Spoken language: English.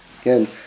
Again